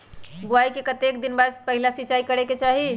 बोआई के कतेक दिन बाद पहिला सिंचाई करे के चाही?